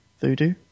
Voodoo